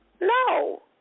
No